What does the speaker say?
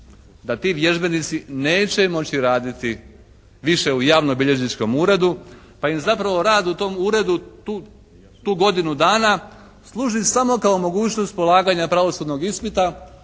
da ti vježbenici neće moći raditi više u javnobilježničkom uredu, pa im zapravo rad u tom uredu tu godinu dana služi samo kao mogućnost polaganja pravosudnog ispita,